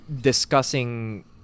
discussing